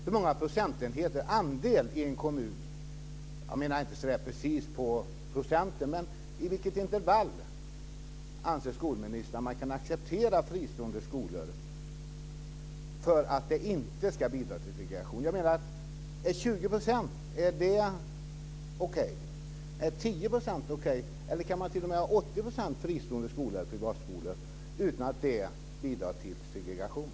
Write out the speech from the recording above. Hur stor procentuell andel i en kommun - inte exakt men i vilket intervall - anser skolministern att man kan acceptera att fristående skolor får ha för att inte bidra till segregation? Är det okej med 20 % eller med 10 %, eller kan man t.o.m. ha 80 % fristående skolor utan att bidra till segregation?